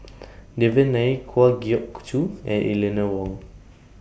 Devan Nair Kwa Geok Choo and Eleanor Wong